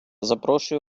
запрошую